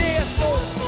Jesus